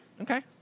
Okay